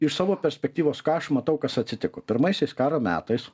iš savo perspektyvos ką aš matau kas atsitiko pirmaisiais karo metais